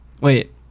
Wait